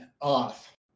off